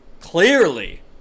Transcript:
clearly